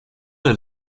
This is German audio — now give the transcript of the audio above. der